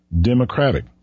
democratic